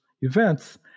events